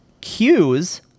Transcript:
cues